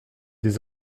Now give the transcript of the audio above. des